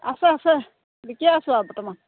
আছে আছে বিকি আছো আৰু বৰ্তমান